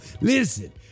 Listen